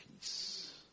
Peace